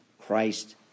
Christ